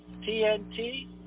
TNT